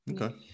Okay